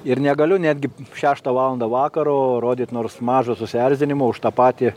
ir negaliu netgi šeštą valandą vakaro rodyt nors mažo susierzinimo už tą patį